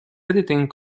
editing